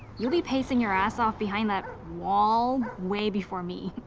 you'll be pacing your ass off behind that wall way before me.